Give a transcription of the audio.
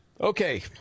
Okay